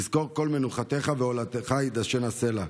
יזכר כל מנחתך ועולתך ידשנה סלה.